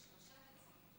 שלושה נציגים.